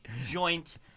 joint